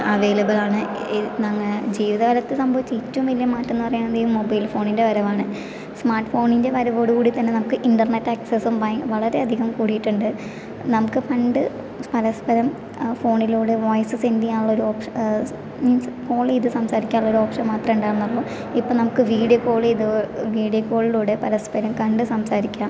അവൈലബിളാണ് ഏ ജീവിതകാലത്ത് സംഭവിച്ച ഏറ്റവും വലിയ മാറ്റമെന്ന് പറയുന്നത് ഈ മൊബൈൽ ഫോണിൻ്റെ വരവാണ് സ്മാർട്ട് ഫോണിൻ്റെ വരവോടുകൂടി തന്നെ നമുക്ക് ഇൻ്റർനെറ്റ് ആക്സെസ്സും വളരെയധികം കൂടിയിട്ടുണ്ട് നമുക്ക് പണ്ട് പരസ്പരം ഫോണിലൂടെ വോയിസ് സെന്റ് ചെയ്യാനുള്ള ഒരു ഓപ്ഷൻ മീൻസ് കോൾ ചെയ്ത് സംസാരിക്കാനുള്ള ഒരു ഓപ്ഷൻ മാത്രമേ ഉണ്ടായിരുന്നുള്ളൂ ഇപ്പോൾ നമുക്ക് വീഡിയോ കോൾ വീഡിയോ കോളിലൂടെ പരസ്പരം കണ്ട് സംസാരിക്കാം